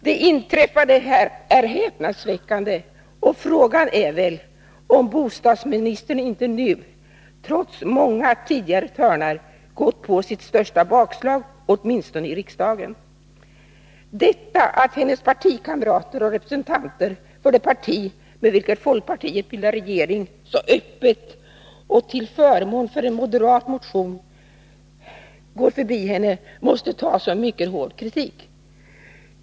Det inträffade är häpnadsväckande, och frågan är väl om bostadsministern inte nu, trots många tidigare törnar, gått på sitt största bakslag, åtminstone i riksdagen. Detta att hennes partikamrater och representanter för det parti med vilket folkpartiet bildar regering så öppet och till förmån för en moderat motion går förbi henne måste tas som en mycket hård kritik.